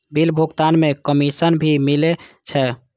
Bill भुगतान में commission भी मिले छै?